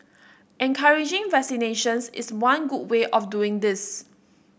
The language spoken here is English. encouraging vaccinations is one good way of doing this